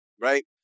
right